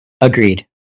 Agreed